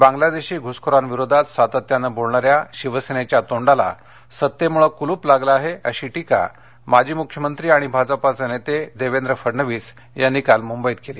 बांगलादेशी घुसखोरांविरोधात सातत्याने बोलणाऱ्या शिवसेनेच्या तोंडाला सत्तेमुळेकुलूप लागलं आहे अशी टीका माजी मुख्यमंत्री आणि भाजपाचे नेते देवेंद्र फडणवीसयांनी काल मुंबईत केली